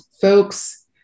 folks